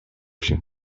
się